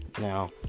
Now